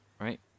right